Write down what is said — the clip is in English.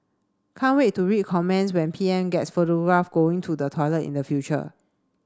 can't wait to read comments when P M gets photographed going to the toilet in the future